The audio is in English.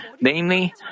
Namely